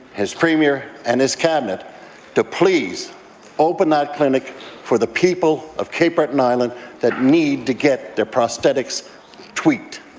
his premier and his cabinet to please open that clinic for the people of cape breton island that need to get their prosthetics tweaked.